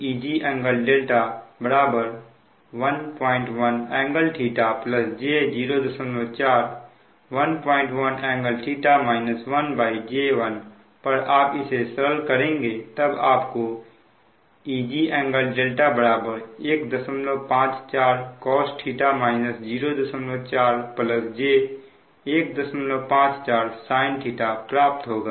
∟δ 11∟θj04 11∟θ 1j1पर आप इसे सरल करेंगे तब आप को Eg∟δ 154 cos 04 j154 sin प्राप्त होगा